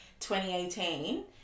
2018